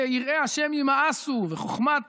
ויראי השם יימאסו, וחוכמת